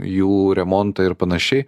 jų remontą ir panašiai